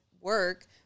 work